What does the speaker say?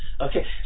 Okay